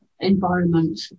Environment